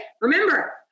Remember